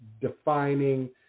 defining